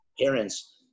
parents